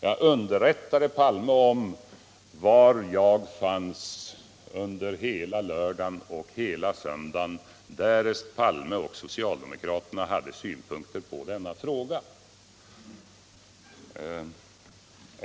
Jag underrättade herr Palme om var jag fanns under hela lördagen och hela söndagen, därest herr Palme och socialdemokraterna hade synpunkter på denna fråga.